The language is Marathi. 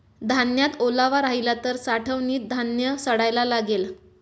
धान्यात ओलावा राहिला तर साठवणीत धान्य सडायला लागेल